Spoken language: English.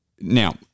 now